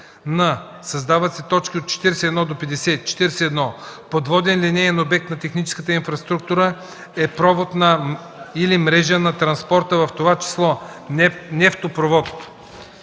н) създават се т. 41 – 50: „41. „Подводен линеен обект на техническата инфраструктура” е провод или мрежа на транспорта (в т. ч. нефтопровод